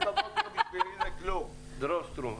בבקשה.